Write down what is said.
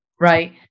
right